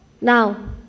now